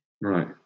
Right